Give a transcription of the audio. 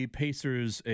pacers